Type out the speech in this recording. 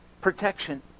protection